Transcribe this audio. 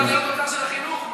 אז מה, זה לא תוצר של החינוך?